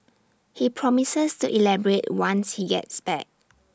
he promises to elaborate once he gets back